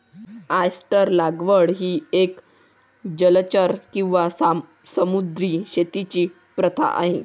oyster लागवड ही एक जलचर किंवा समुद्री शेतीची प्रथा आहे